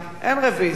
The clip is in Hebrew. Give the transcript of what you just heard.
אין רוויזיה,